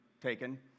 taken